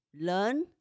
learn